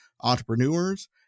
entrepreneurs